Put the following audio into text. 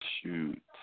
Shoot